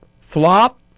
flop